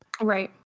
Right